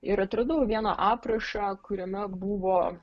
ir atradau vieną aprašą kuriame buvo